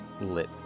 lit